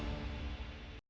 Дякую